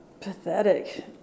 pathetic